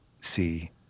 see